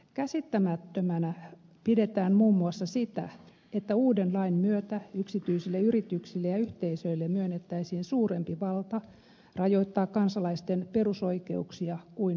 käsittämättömänä pidetään muun muassa sitä että uuden lain myötä yksityisille yrityksille ja yhteisöille myönnettäisiin suurempi valta rajoittaa kansalaisten perusoikeuksia kuin poliisille